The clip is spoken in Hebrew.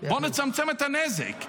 בוא נצמצם את הנזק.